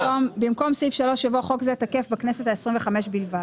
במקום סעיף 3 יבוא "חוק זה תקף בכנסת ה-25 בלבד".